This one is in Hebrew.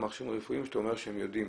מכשירים רפואיים שאתה אומר שהם יודעים,